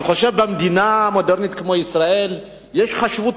אני חושב שבמדינה מודרנית כמו ישראל יש חשיבות